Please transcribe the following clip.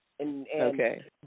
Okay